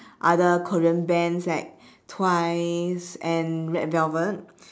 other korean bands like twice and red velvet